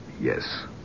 yes